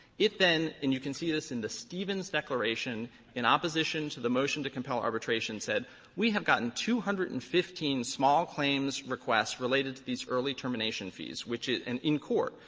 it then and you can see this in the stevens declaration in opposition to the motion to compel arbitration said we have gotten two hundred and fifteen small claims requests related to these early termination fees, which is and in court,